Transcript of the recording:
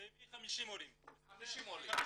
זה הביא 50 עולים, 50 משפחות.